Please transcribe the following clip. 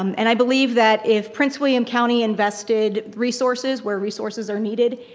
um and i believe that if prince william county invested resources where resources are needed,